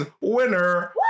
winner